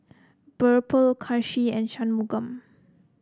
BirbaL Kanshi and Shunmugam